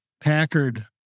Packard